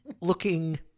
looking